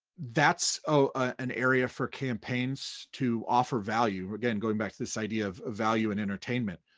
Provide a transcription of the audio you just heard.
that's an area for campaigns to offer value, again, going back to this idea of value in entertainment.